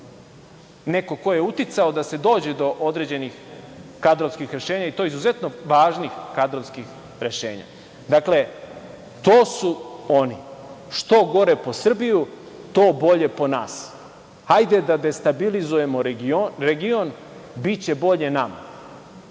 neko ko je uticao da se dođe do određenih kadrovskih rešenja i to izuzetno važnih kadrovskih rešenja. Dakle, to su oni, što gore po Srbiju to bolje po nas. Hajde da destabilizujemo region biće bolje nama.